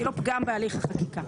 היא לא פגם בהליך החקיקה.